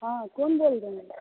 हॅं कोन बोल रहै है